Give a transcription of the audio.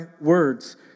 words